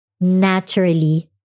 naturally